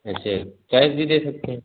ऐसे कैस भी दे सकते हैं